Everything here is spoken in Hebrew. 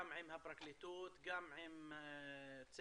גם עם הפרקליטות,